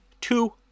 two